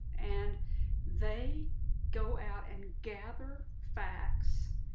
and they go out and gather facts,